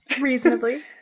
Reasonably